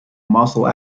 muscle